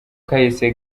kahise